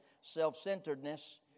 self-centeredness